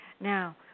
Now